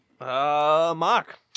Mark